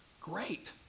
Great